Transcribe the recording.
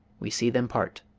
we see them part.